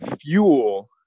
fuel